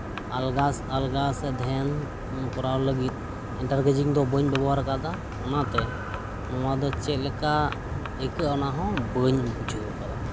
ᱟᱞᱜᱟᱥ ᱟᱞᱜᱟᱥᱮ ᱫᱷᱮᱱ ᱠᱚᱨᱟᱣ ᱞᱟᱹᱜᱤᱫ ᱮᱱᱴᱟᱨ ᱜᱮᱡᱤᱝ ᱫᱚ ᱵᱟᱹᱧ ᱵᱮᱵᱚᱦᱟᱨ ᱟᱠᱟᱫᱟ ᱚᱱᱟᱛᱮ ᱱᱚᱶᱟ ᱫᱚ ᱪᱮᱫ ᱞᱮᱠᱟ ᱟᱹᱭᱠᱟᱹᱜᱼᱟ ᱚᱱᱟᱦᱚ ᱵᱟᱹᱧ ᱵᱩᱡᱷᱟᱹᱣ ᱟᱠᱟᱫᱟ